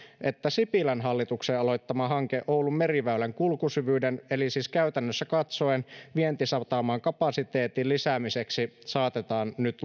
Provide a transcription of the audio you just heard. että sipilän hallituksen aloittama hanke oulun meriväylän kulkusyvyyden eli siis käytännössä katsoen vientisataman kapasiteetin lisäämiseksi saatetaan nyt